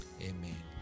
amen